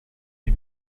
die